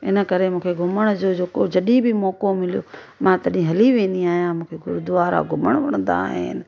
इन करे मूंखे घुमण जो जेको जॾहिं बि मौको मिलियो मां तॾहिं हली वेंदी आहियां मूंखे गुरुद्वारा घुमणु वणंदा आहिनि